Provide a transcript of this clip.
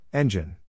Engine